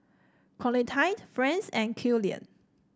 Clotilde Franz and Killian